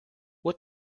what